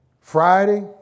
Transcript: Friday